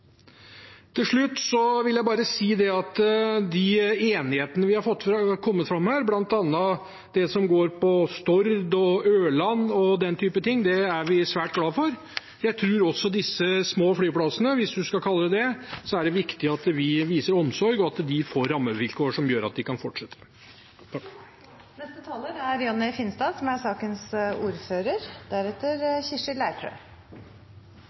Til slutt vil jeg bare si at de enighetene som har kommet fram her, bl.a. det som handler om Stord og Ørland, er vi svært glade for. Jeg tror det er viktig at vi viser omsorg også for disse små flyplassene – hvis man kan kalle dem det – og at de får rammevilkår som gjør at de kan fortsette.